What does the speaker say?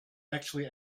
actually